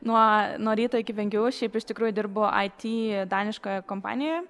nuo nuo ryto iki penkių o šiaip iš tikrųjų dirbu aity daniškoje kompanijoje